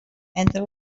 entre